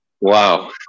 Wow